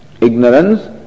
Ignorance